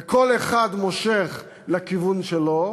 וכל אחד מושך לכיוון שלו.